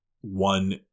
one